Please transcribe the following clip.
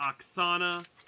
Oksana